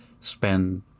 spend